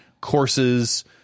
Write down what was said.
courses